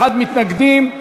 מתנגדים.